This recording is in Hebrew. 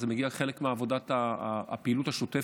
זה מגיע כחלק מעבודת הפעילות השוטפת.